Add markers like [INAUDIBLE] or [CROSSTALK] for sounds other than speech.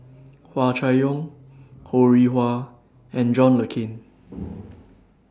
Hua Chai Yong Ho Rih Hwa and John Le Cain [NOISE]